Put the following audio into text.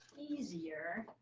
easier.